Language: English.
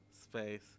space